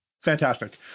Fantastic